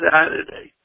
Saturday